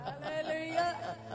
Hallelujah